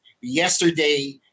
Yesterday